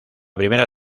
primera